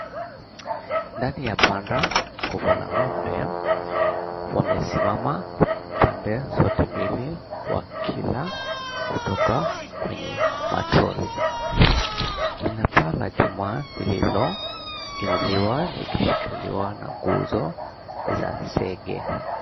Ndani ya banda kuko na ng'ombe wamesimama pande zote mbili wakila kutoka kwenye matroli. Lina paa la chuma lililoinuliwa likishikiwa na nguzo za zege.